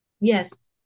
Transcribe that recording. yes